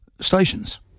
stations